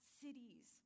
cities